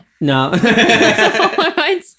No